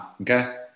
Okay